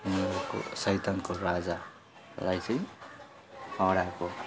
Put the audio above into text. उनीहरूको सैतानको राजालाई चाहिँ हराएको